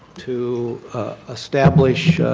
to establish